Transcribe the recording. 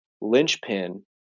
linchpin